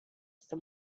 some